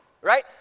right